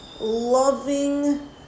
loving